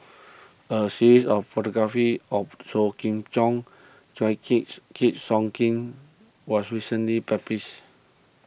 a series of photographies of Sou Kiam was recently published